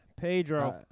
Pedro